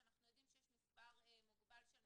כשאנחנו יודעים שיש מספר מוגבל של מפקחים,